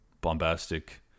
Bombastic